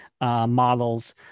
models